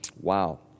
wow